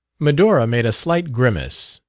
medora made a slight grimace.